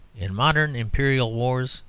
in modern imperial wars,